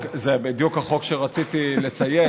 זה בדיוק החוק שרציתי לציין.